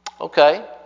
okay